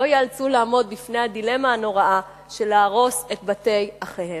לא ייאלצו לעמוד בדילמה הנוראה אם להרוס את בתי אחיהם.